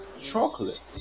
chocolate